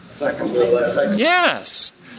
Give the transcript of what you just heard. Yes